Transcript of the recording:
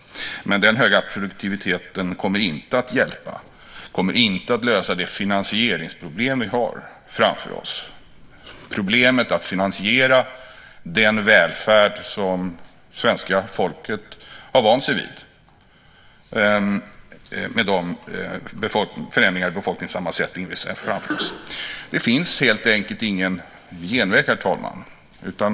Men den höga produktiviteten kommer inte att hjälpa och inte att lösa problemet med att finansiera den välfärd som svenska folket har vant sig vid med de förändringar i befolkningssammansättningen vi ser framför oss. Det finns helt enkelt ingen genväg, herr talman.